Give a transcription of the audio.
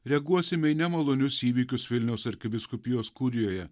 reaguosime į nemalonius įvykius vilniaus arkivyskupijos kurijoje